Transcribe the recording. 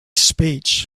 speech